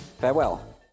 Farewell